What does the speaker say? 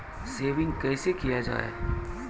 Saving कैसै किया जाय?